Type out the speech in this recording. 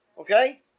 okay